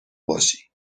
باشی